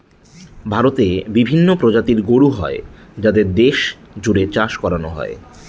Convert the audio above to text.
ভারতে বিভিন্ন প্রজাতির গরু হয় যাদের দেশ জুড়ে চাষ করানো হয়